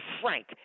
Frank